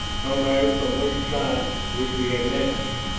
no matter from which side, would be a menace.